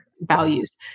Values